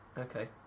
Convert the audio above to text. Okay